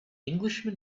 englishman